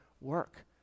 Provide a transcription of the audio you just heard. work